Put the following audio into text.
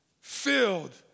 filled